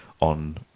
on